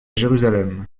jérusalem